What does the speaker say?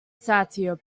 satire